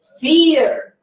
fear